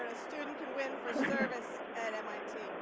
student can win for service at mit.